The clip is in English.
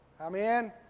Amen